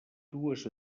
dues